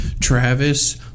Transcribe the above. Travis